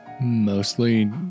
Mostly